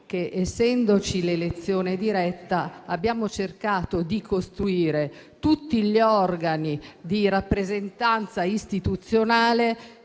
essendoci l'elezione diretta, da un lato, abbiamo cercato di costruire tutti gli organi di rappresentanza istituzionale